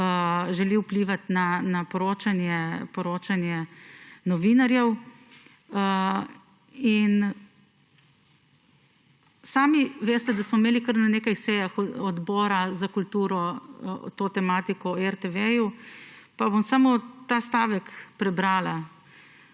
želi vplivati na poročanje novinarjev. Sami veste, da smo imeli kar na nekaj sejah Odbora za kulturo to tematiko o RTV, pa bom samo ta stavek prebrala,